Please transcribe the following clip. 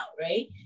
right